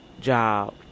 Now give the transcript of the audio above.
job